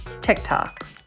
TikTok